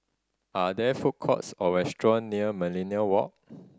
are there food courts or restaurant near Millenia Walk